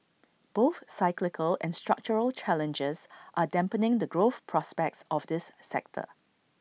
both cyclical and structural challenges are dampening the growth prospects of this sector